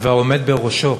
והעומד בראשו,